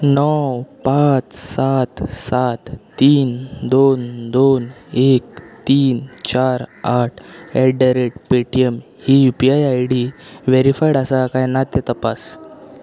णव पांच सात सात तीन दोन दोन एक तीन चार आठ at the rate Paytm ही U P I I D verified आसा काय ना तें तपास